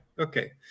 Okay